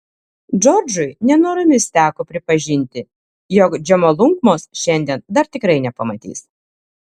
džordžui nenoromis teko pripažinti jog džomolungmos šiandien dar tikrai nepamatys